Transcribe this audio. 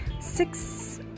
six